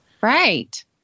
Right